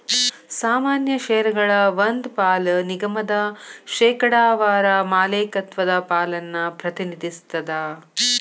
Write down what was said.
ಸಾಮಾನ್ಯ ಷೇರಗಳ ಒಂದ್ ಪಾಲ ನಿಗಮದ ಶೇಕಡಾವಾರ ಮಾಲೇಕತ್ವದ ಪಾಲನ್ನ ಪ್ರತಿನಿಧಿಸ್ತದ